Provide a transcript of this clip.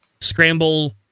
scramble